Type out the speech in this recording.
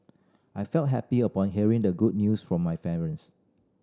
I felt happy upon hearing the good news from my parents